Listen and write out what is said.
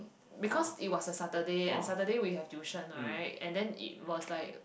because it was a Saturday and Saturday we have tuition right and then it was like